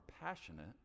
passionate